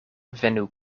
venu